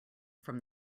from